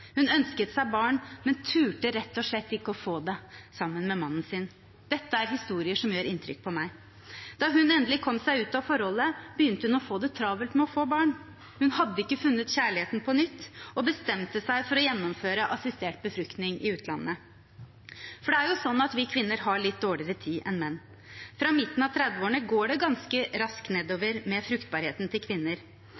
Hun ønsket seg barn, men turte rett og slett ikke å få det sammen med mannen sin. Slike historier gjør inntrykk på meg. Da hun endelig kom seg ut av forholdet, begynte hun å få det travelt med å få barn. Hun hadde ikke funnet kjærligheten på nytt og bestemte seg for å gjennomføre assistert befruktning i utlandet. For det er jo sånn at vi kvinner har litt dårligere tid enn menn. Fra midten av 30-årene går det ganske raskt